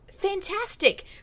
Fantastic